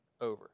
over